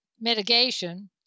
mitigation